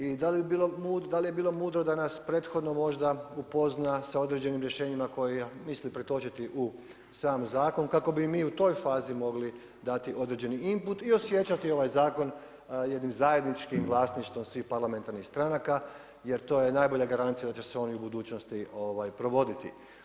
I da li je bilo mudro da nas prethodno možda upozna sa određenim rješenjima koja misli pretočiti u sam zakon kako bi mi u toj fazi mogli dati određeni input i osjećati ovaj zakon jednim zajedničkim vlasništvom svih parlamentarnih stranaka jer to je najbolja garancija da će se on i u budućnosti provoditi.